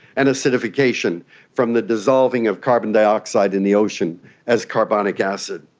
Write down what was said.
and acidification from the dissolving of carbon dioxide in the ocean as carbonic acid.